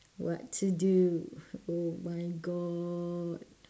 what to do oh my god